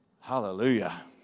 Hallelujah